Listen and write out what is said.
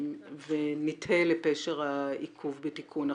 ונתהה לפשר העיכוב בתיקון החוק.